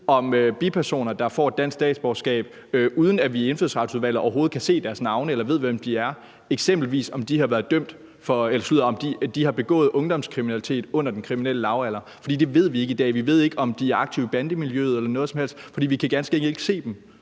om bipersoner, der får et dansk statsborgerskab, uden at vi i Indfødsretsudvalget overhovedet kan se deres navne eller ved, hvem de er, har begået ungdomskriminalitet under den kriminelle lavalder. For det ved vi ikke i dag. Vi ved ikke, om de er aktive i bandemiljøet eller noget som helst, fordi vi ganske enkelt ikke kan se dem.